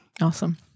awesome